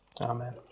Amen